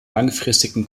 langfristigen